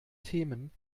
themen